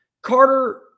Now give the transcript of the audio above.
Carter